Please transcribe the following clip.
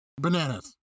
Bananas